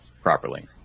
properly